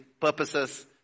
purposes